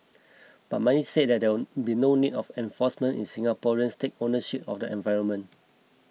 but many said there would be no need of enforcement if Singaporeans take ownership of their environment